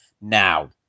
now